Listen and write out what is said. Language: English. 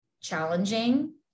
challenging